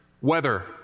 weather